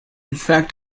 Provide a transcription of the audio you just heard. fact